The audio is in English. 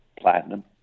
platinum